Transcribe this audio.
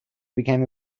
became